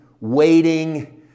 waiting